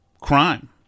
crime